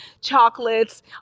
chocolates